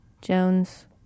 Jones